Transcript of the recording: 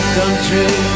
country